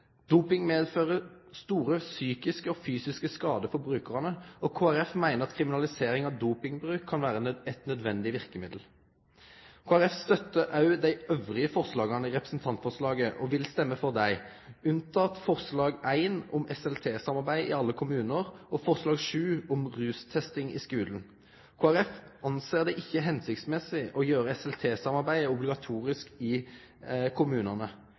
Doping medfører store psykiske og fysiske skadar for brukarane, og Kristeleg Folkeparti meiner at kriminalisering av dopingbruk kan vere eit nødvendig verkemiddel. Kristeleg Folkeparti støttar òg dei andre forslaga i representantforslaget og vil stemme for dei, unntatt forslag nr. 1, om SLT-samarbeid i alle kommunar, og forslag nr. 7, om rustesting i skulen. Kristeleg Folkeparti ser det ikkje som hensiktsmessig å gjere SLT-samarbeid obligatorisk i kommunane.